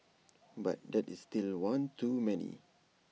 but that is still one too many